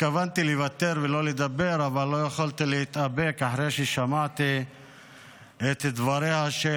התכוונתי לוותר ולא לדבר אבל לא יכולתי להתאפק אחרי ששמעתי את דבריה של